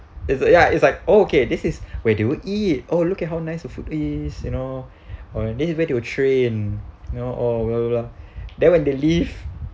it's ya it's like oh okay this is where do you eat oh look at how nice the food is you know oh this is where they will train you know oh bla bla bla then when they leave